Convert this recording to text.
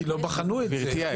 כי לא בחנו את זה.